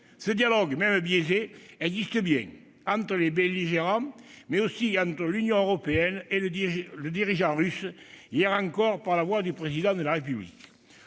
Ce dialogue, même biaisé, existe bien : entre les belligérants, mais aussi entre l'Union européenne et le dirigeant russe, hier encore par la voix du Président de la République.